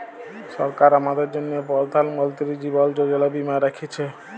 সরকার আমাদের জ্যনহে পরধাল মলতিরি জীবল যোজলা বীমা রাখ্যেছে